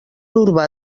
urbà